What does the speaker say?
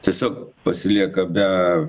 tiesiog pasilieka be